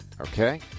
Okay